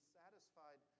satisfied